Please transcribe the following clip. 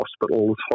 hospitals